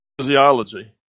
physiology